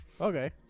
Okay